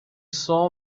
saw